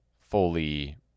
fully